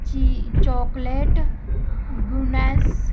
cheese chocolate guinness